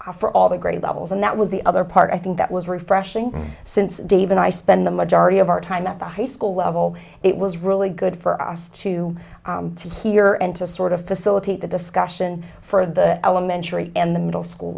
advice for all the great levels and that was the other part i think that was refreshing since dave and i spend the majority of our time at the high school level it was really good for us to teach here and to sort of facilitate the discussion for the elementary and middle school